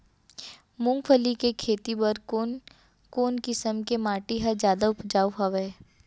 मूंगफली के खेती बर कोन कोन किसम के माटी ह जादा उपजाऊ हवये?